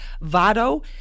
Vado